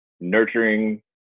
nurturing